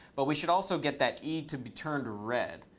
but we should also get that e to be turned red,